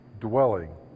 dwelling